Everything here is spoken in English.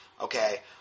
okay